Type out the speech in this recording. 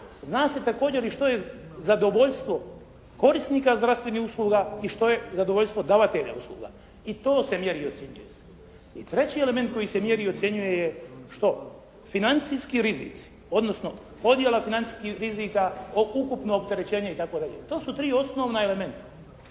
Zna se također i što je zadovoljstvo korisnika zdravstvenih usluga i što je zadovoljstvo davatelja usluga, i to se mjeri i ocjenjuje se. I treći element koji se mjeri i ocjenjuje je što, financijski rizici, odnosno odjela financijskih rizika od ukupnog opterećenja itd. To su tri osnovna elementa.